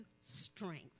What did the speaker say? strength